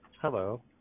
Hello